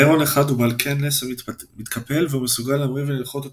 ההרון 1 הוא בעל כן נסע מתקפל והוא מסוגל להמריא ולנחות אוטומטית.